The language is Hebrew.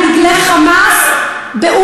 אני ראיתי את הצעדה עם דגלי "חמאס" באום-אלפחם.